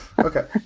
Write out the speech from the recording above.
Okay